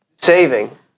saving